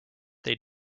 they